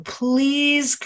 please